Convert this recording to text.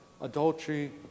Adultery